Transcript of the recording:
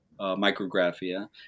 Micrographia